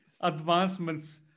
advancements